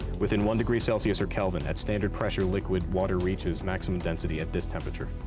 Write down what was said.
within one degree celsius or kelvin, at standard pressure, liquid water reaches maximum density at this temperature.